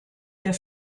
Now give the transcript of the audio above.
der